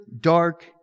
dark